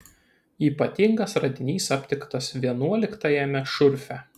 ypatingas radinys aptiktas vienuoliktajame šurfe